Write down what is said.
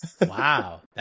Wow